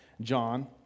John